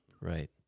Right